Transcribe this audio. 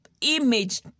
image